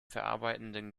verarbeitenden